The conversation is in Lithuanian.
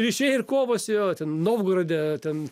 ryšiai ir kovos jo ten novgorode ten